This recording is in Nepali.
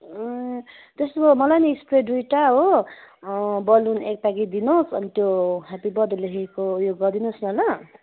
ए त्यसो भए मलाई नि स्प्रे दुईवटा हो बलुन एक प्याकेट दिनुहोस् अनि त्यो हेप्पी बर्थडे लेखेको उयो गरिदिनु होस् न ल